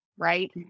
Right